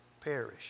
perish